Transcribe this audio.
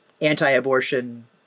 anti-abortion